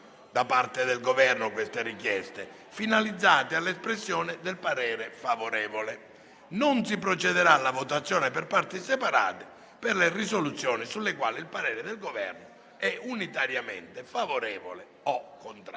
da parte del Governo, prima enunciate, finalizzate all'espressione del parere favorevole. Non si procederà alla votazione per parti separate per le risoluzioni sulle quali il parere del Governo è unitariamente favorevole o contrario.